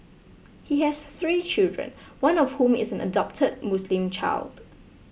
he has three children one of whom is an adopted Muslim child